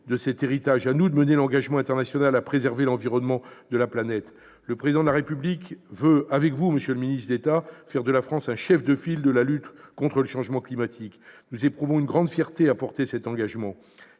de cet héritage et de mener l'engagement international à préserver la planète. Le Président de la République veut, avec vous, monsieur le ministre d'État, faire de la France un chef de file de la lutte contre le changement climatique. Nous éprouvons une grande fierté à soutenir cet engagement.